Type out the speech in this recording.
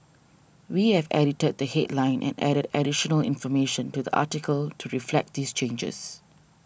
we have edited the headline and added additional information to the article to reflect these changes